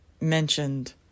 mentioned